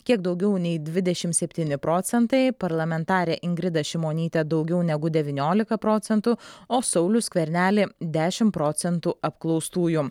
kiek daugiau nei dvidešim septyni procentai parlamentarę ingridą šimonytę daugiau negu devyniolika procentų o saulių skvernelį dešim procentų apklaustųjų